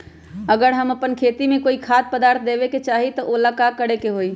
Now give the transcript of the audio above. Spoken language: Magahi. अगर हम अपना खेती में कोइ खाद्य पदार्थ देबे के चाही त वो ला का करे के होई?